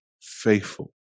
faithful